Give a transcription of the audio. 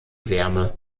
wärme